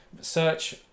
search